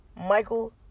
Michael